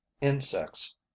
insects